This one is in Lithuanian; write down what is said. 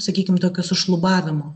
sakykim tokio sušlubavimo